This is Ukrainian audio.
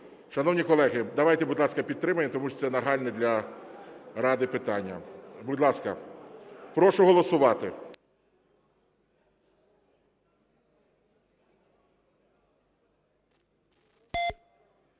Шановні колеги, давайте, будь ласка, підтримаємо, тому що це нагальне для Ради питання. Будь ласка, прошу голосувати.